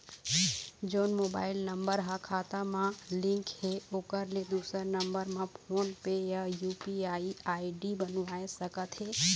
जोन mobile number हा खाता मा लिन्क हे ओकर ले दुसर नंबर मा फोन पे या यू.पी.आई आई.डी बनवाए सका थे?